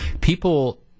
People